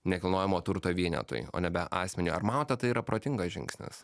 nekilnojamo turto vienetui o nebe asmeniu ar manote tai yra protingas žingsnis